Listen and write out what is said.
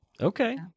Okay